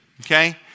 Okay